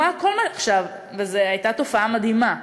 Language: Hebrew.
וזו הייתה תופעה מדהימה.